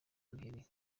ibiheri